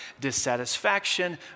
Dissatisfaction